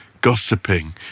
gossiping